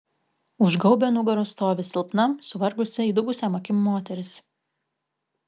už gaubio nugaros stovi silpna suvargusi įdubusiom akim moteris